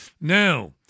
Now